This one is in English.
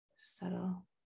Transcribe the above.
Settle